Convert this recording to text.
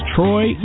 Troy